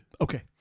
Okay